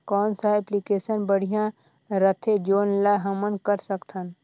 कौन सा एप्लिकेशन बढ़िया रथे जोन ल हमन कर सकथन?